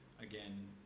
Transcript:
again